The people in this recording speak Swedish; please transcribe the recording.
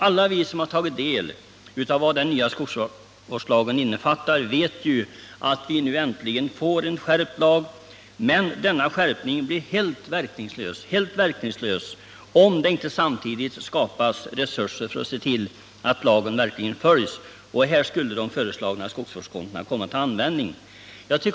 Alla vi som har tagit del av vad den nya skogsvårdslagen innefattar vet ju att vi nu äntligen får en skärpt lag. Men denna skärpning blir helt verkningslös, om det inte samtidigt skapas resurser för att se till att lagen verkligen följs, och här skulle de föreslagna skogsvårdskontona komma till användning.